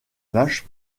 vache